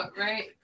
right